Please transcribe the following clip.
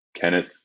Kenneth